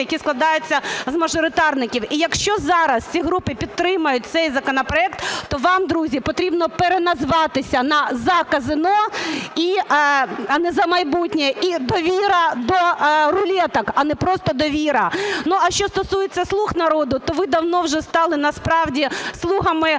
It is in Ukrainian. які складаються з мажоритарників. І якщо зараз ці групи підтримають цей законопроект, то вам, друзі, потрібно переназватися на "За казино", а не "За майбутнє", і "Довіра до рулеток", а не просто "Довіра". Ну а що стосується "Слуг народу", то ви давно вже стали, насправді, слугами грошей,